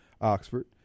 Oxford